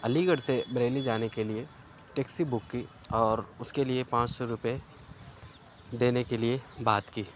علی گڑھ سے بریلی جانے کے لیے ٹیکسی بک کی اور اس کے لیے پانچ سو روپے دینے کے لیے بات کی